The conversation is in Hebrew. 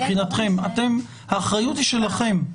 האחריות היא שלכם.